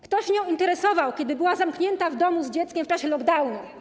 Kto się nią interesował, kiedy była zamknięta w domu z dzieckiem w czasie lockdownu?